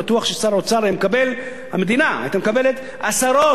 המדינה היתה מקבלת עשרות מיליארדים.